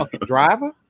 Driver